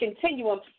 continuum